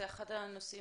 זה אחד הנושאים